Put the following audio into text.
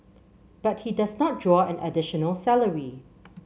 but he does not draw an additional salary